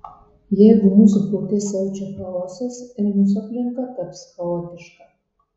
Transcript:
jeigu mūsų prote siaučia chaosas ir mūsų aplinka taps chaotiška